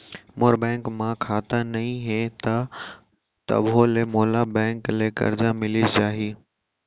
मोर bank म खाता नई हे त का तभो ले मोला बैंक ले करजा मिलिस जाही?